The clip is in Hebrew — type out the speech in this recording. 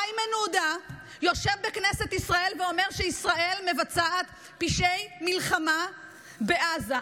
איימן עודה יושב בכנסת ישראל ואומר שישראל מבצעת פשעי מלחמה בעזה.